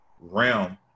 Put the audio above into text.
realm